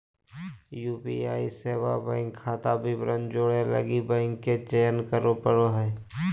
UPI सेवा bank खाता विवरण जोड़े लगी बैंक के चयन करे पड़ो हइ